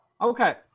Okay